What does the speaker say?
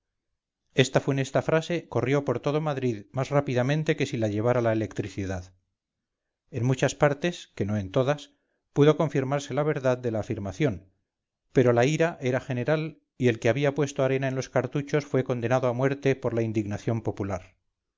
cartuchos de arena esta funesta frase corrió por todo madrid más rápidamente que si la llevara la electricidad en muchas partes que no en todas pudo confirmarse la verdad de la afirmación pero la iraera general y el que había puesto arena en los cartuchos fue condenado a muerte por la indignación popular